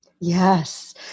Yes